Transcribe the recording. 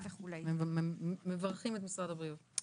אנחנו מברכים את משרד הבריאות.